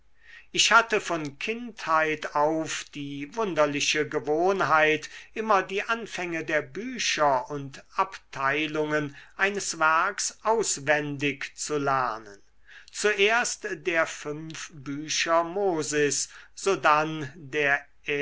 ich hatte von kindheit auf die wunderliche gewohnheit immer die anfänge der bücher und abteilungen eines werks auswendig zu lernen zuerst der fünf bücher mosis sodann der